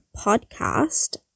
podcast